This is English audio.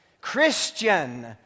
Christian